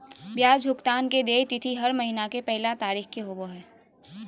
ब्याज भुगतान के देय तिथि हर महीना के पहला तारीख़ के होबो हइ